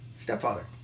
Stepfather